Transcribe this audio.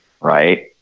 right